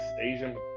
Asian